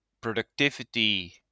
productivity